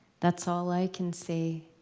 that's all i can say,